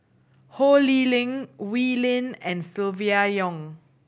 Ho Lee Ling Wee Lin and Silvia Yong